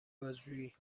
بازجویی